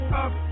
up